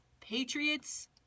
Patriots